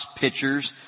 pitchers